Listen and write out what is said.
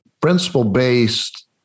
principle-based